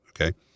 okay